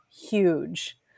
huge